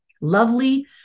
Lovely